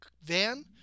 van